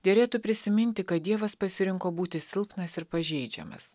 derėtų prisiminti kad dievas pasirinko būti silpnas ir pažeidžiamas